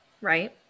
Right